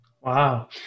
wow